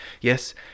Yes